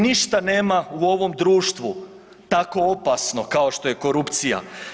Ništa nema u ovom društvo tako opasno kao što je korupcija.